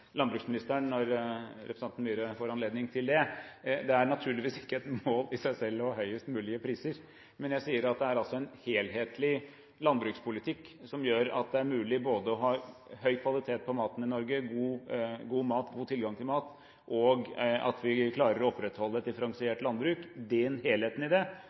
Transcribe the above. landbruksministeren når representanten Myhre får anledning til det. Det er naturligvis ikke et mål i seg selv å ha høyest mulige priser, men jeg sier at det er en helhetlig landbrukspolitikk som gjør at det er mulig å ha både høy kvalitet på maten, god mat, god tilgang på mat i Norge, samtidig som vi klarer å opprettholde et differensiert landbruk. Den helheten